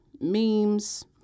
Memes